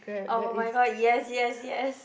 [oh]-my-god yes yes yes